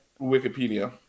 Wikipedia